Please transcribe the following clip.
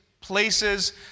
places